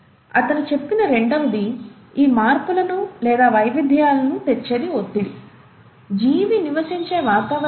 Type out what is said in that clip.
అతను చెప్పిన రెండవది ఈ మార్పులను లేదా వైవిధ్యాలను తెచ్చే ఒత్తిడి జీవి నివసించే వాతావరణమే